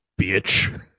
bitch